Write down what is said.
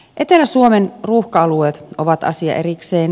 etelä suomen ruuhka alueet ovat asia erikseen